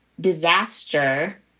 disaster